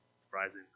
surprising